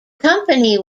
company